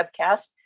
webcast